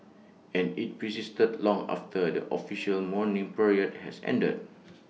and IT persisted long after the official mourning period has ended